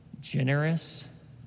generous